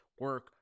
Work